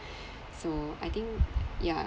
so I think yeah